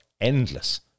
endless